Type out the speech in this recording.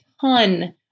ton